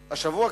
השבוע,